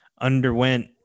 underwent